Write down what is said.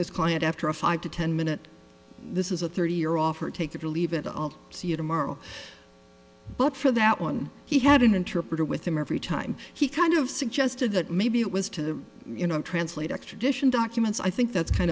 his client after a five to ten minute this is a thirty year offer take it or leave it all to see you tomorrow but for that one he had an interpreter with him every time he kind of suggested that maybe it was to you know translate extradition documents i think that's kind